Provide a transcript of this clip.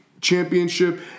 Championship